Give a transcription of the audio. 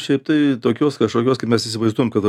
šiaip tai tokios kažkokios kaip mes įsivaizduojam kad